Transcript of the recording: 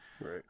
right